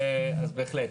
אז בהחלט.